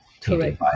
Correct